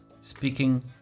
speaking